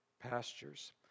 pastures